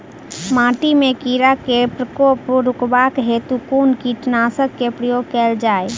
माटि मे कीड़ा केँ प्रकोप रुकबाक हेतु कुन कीटनासक केँ प्रयोग कैल जाय?